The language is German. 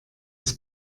das